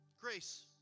Grace